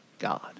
God